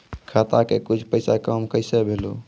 खाता के कुछ पैसा काम कैसा भेलौ?